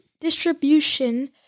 distribution